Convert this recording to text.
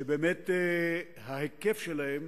שבאמת ההיקף שלהם